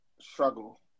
struggle